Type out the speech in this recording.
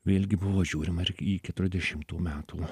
vėlgi buvo žiūrima ir į keturiasdešimtų metų